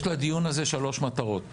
יש לדיון הזה שלוש מטרות